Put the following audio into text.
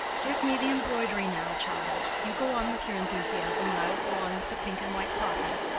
give me the embroidery now, child. you go on with your enthusiasm, and i will go on with the pink and white poppy.